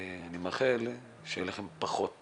אני מאחל שיהיו אליכם פחות